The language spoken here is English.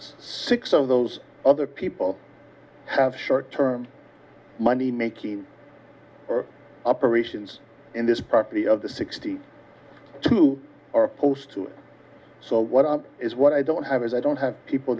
six of those other people have short term money making operations in this property of the sixty two are opposed to it so what is what i don't have is i don't have people